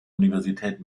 universität